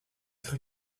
cru